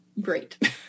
great